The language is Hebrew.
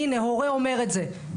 הינה הורה אומר את זה,